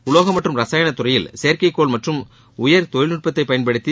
உலோகம் மற்றும் ரசாயன துறையில் செயற்கைகோள் மற்றும் உயர் தொழில்நுட்பத்தை பயன்படுத்தி